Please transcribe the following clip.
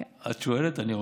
את שואלת, אני עונה,